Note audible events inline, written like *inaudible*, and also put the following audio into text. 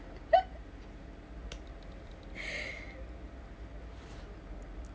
*laughs*